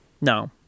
No